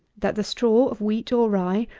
that the straw of wheat or rye,